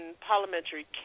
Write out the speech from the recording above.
parliamentary